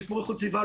שיפור איכות סביבה,